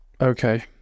Okay